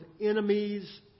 enemies